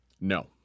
No